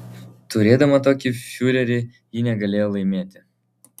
turėdama tokį fiurerį ji negalėjo laimėti